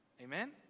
Amen